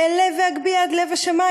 / אעלה ואגביה עד לב השמים,